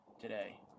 today